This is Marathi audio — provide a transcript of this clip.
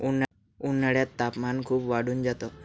उन्हाळ्यात तापमान खूप वाढून जात